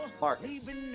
marcus